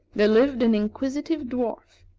there lived an inquisitive dwarf,